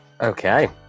Okay